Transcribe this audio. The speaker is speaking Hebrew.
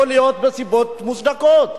יכול להיות שבנסיבות מוצדקות.